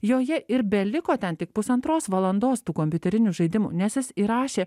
joje ir beliko ten tik pusantros valandos tų kompiuterinių žaidimų nes jis įrašė